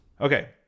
Okay